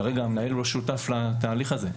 כרגע המנהל לא שותף לתהליך הזה.